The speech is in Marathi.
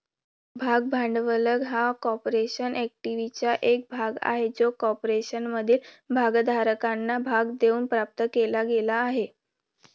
भाग भांडवल हा कॉर्पोरेशन इक्विटीचा एक भाग आहे जो कॉर्पोरेशनमधील भागधारकांना भाग देऊन प्राप्त केला गेला आहे